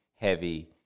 heavy